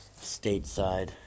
stateside